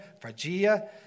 Phrygia